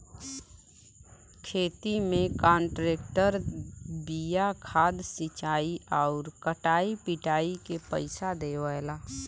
खेती में कांट्रेक्टर बिया खाद सिंचाई आउर कटाई पिटाई के पइसा देवला